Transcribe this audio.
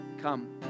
Come